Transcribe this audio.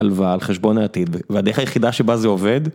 על ועל חשבון העתיד, והדרך היחידה שבה זה עובד